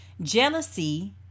jealousy